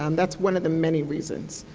um that's one of the many reasons,